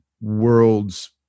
world's